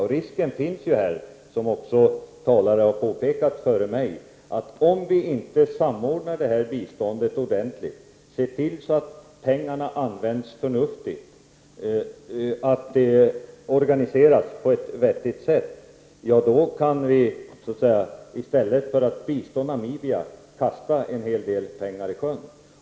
Som talare före mig har påpekat finns ju här en risk: Om vi inte samordnar biståndet ordentligt, ser till att pengarna används förnuftigt och att biståndet organiseras på ett vettigt sätt, kan det innebära att vi i stället för att bistå Namibia kastar en hel del pengar i sjön.